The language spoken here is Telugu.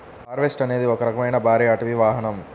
హార్వెస్టర్ అనేది ఒక రకమైన భారీ అటవీ వాహనం